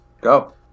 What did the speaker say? Go